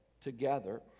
together